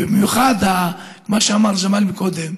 ובמיוחד מה שאמר ג'מאל קודם: